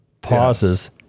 pauses